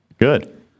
Good